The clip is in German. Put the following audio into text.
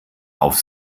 auf